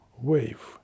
wave